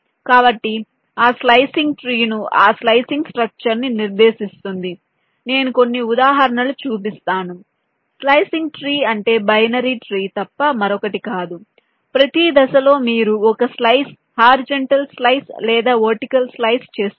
కాబట్టి ఆ slicing tree ను ఆ స్లైసింగ్ స్ట్రక్చర్ ని నిర్దేశిస్తుంది నేను కొన్ని ఉదాహరణలు చూపిస్తాను స్లైసింగ్ ట్రీ అంటే బైనరీ ట్రీ తప్ప మరొకటి కాదు ప్రతి దశలో మీరు ఒక స్లైస్ హారిజాంటల్ స్లైస్ లేదా వర్టికల్ స్లైస్ చేస్తున్నారు